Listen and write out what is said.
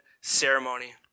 ceremony